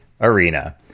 Arena